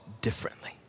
differently